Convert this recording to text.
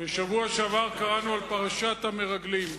בשבוע שעבר קראנו על פרשת המרגלים.